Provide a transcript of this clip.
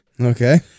Okay